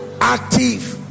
Active